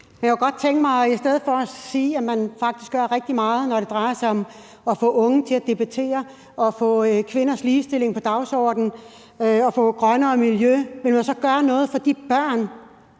ned i skuffen. Man gør faktisk rigtig meget, når det drejer sig om at få unge til at debattere og få kvinders ligestilling på dagsordenen og få et grønnere miljø, men vil man gøre noget for de børn,